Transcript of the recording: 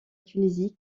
tunisie